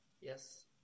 Yes